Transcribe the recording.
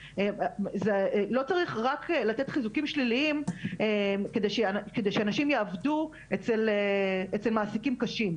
לא צריך רק לתת חיזוקים שליליים על מנת שאנשים יעבדו אצל מעסיקים קשים,